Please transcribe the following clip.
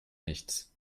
nichts